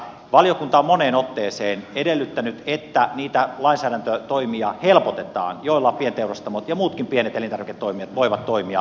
valiokunta on moneen otteeseen edellyttänyt että niitä lainsäädäntötoimia helpotetaan joilla pienteurastamot ja muutkin pienet elintarviketoimijat voivat toimia